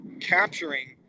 capturing